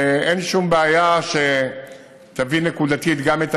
ואין שום בעיה שתביא נקודתית גם את